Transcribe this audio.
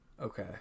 Okay